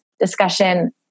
discussion